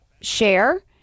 share